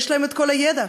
יש להם כל הידע,